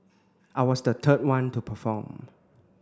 I was the third one to perform